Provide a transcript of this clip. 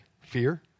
Fear